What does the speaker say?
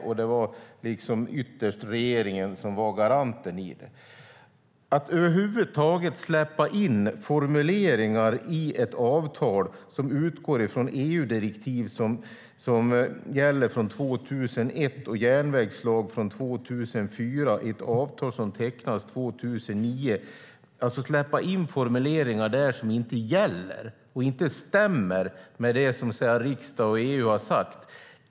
Och det var ytterst regeringen som var garanten i detta. Man släpper in formuleringar som utgår från EU-direktiv från 2001 och järnvägslag från 2004 i ett avtal som tecknas 2009. Man släpper alltså in formuleringar som inte gäller och inte stämmer med det som riksdag och EU har sagt.